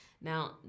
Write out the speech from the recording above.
Now